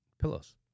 pillows